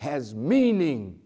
has meaning